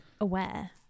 aware